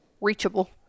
reachable